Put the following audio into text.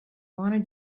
want